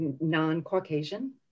non-Caucasian